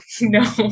No